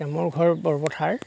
মোৰ ঘৰ বৰপথাৰ